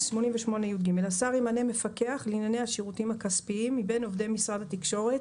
"88יג.השר ימנה מפקח לענייני השירותים הכספיים מבין עובדי משרד התקשורת